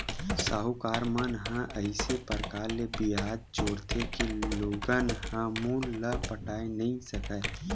साहूकार मन ह अइसे परकार ले बियाज जोरथे के लोगन ह मूल ल पटाए नइ सकय